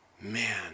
Man